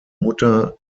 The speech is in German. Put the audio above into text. mutter